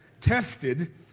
Tested